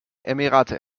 emirate